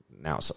now